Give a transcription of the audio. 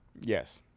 Yes